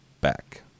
back